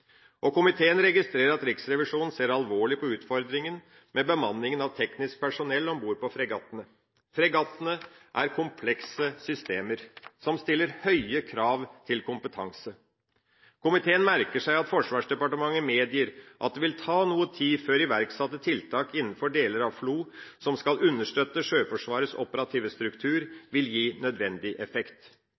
investeringsporteføljen. Komiteen registrerer at Riksrevisjonen ser alvorlig på utfordringene med bemanning av teknisk personell om bord på fregattene. Fregattene er komplekse systemer som stiller høye krav til kompetanse. Komiteen merker seg at Forsvarsdepartementet medgir at det vil ta noe tid før iverksatte tiltak innenfor deler av FLO, som skal understøtte Sjøforsvarets operative struktur, vil gi nødvendig effekt.